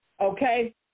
Okay